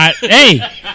Hey